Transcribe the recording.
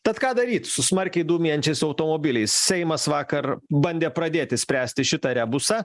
tad ką daryt su smarkiai dūmijančiais automobiliais seimas vakar bandė pradėti spręsti šitą rebusą